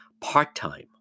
part-time